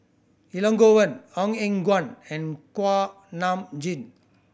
Elangovan Ong Eng Guan and Kuak Nam Jin